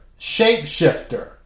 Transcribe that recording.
shapeshifter